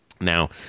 Now